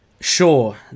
sure